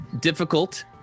Difficult